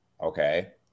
okay